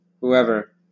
whoever